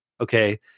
Okay